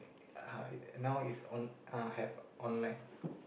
uh now is on uh have online